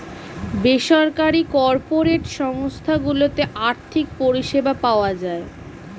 বেসরকারি কর্পোরেট সংস্থা গুলোতে আর্থিক পরিষেবা পাওয়া যায়